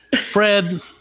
Fred